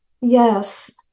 Yes